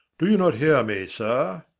do you not hear me, sir?